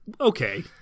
okay